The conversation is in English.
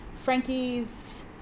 Frankie's